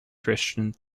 christian